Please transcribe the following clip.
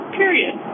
period